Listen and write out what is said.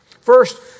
First